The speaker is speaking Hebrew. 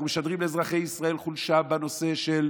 אנחנו משדרים לאזרחי ישראל חולשה בנושא של,